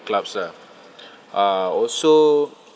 clubs lah uh also